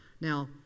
Now